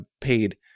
paid